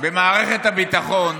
במערכת הביטחון